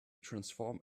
transform